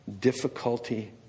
difficulty